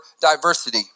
diversity